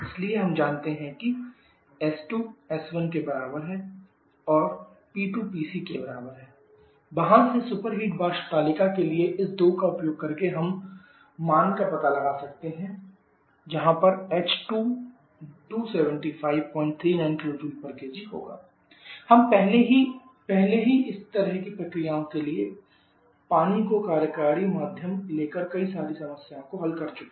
इसलिए हम जानते हैं कि s2s1 और भी P2PC वहाँ से सुपरहीट वाष्प तालिका के लिए इस दो का उपयोग करके हम मान का पता लगा सकते हैं h2 to be 275 39 kJkg हम पहले ही पहले ही इस तरह की प्रक्रियाओं के लिए पानी को कार्यकारी माध्यम लेकर कई सारी समस्याओं को हल कर चुके हैं